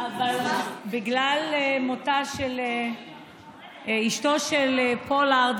אבל בגלל מותה של אשתו של פולארד,